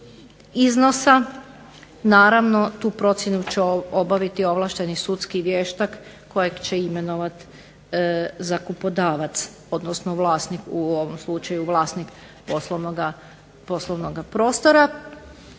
iznosa. Naravno tu procjenu će obaviti ovlašteni sudski vještak kojeg će imenovati zakupodavac odnosno vlasnik u ovom slučaju vlasnik poslovnoga prostora.